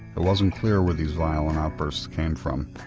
it wasn't clear where these violent outbursts came from.